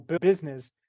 business